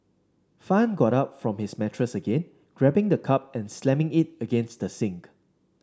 fan got up from his mattress again grabbing the cup and slamming it against the sink